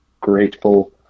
grateful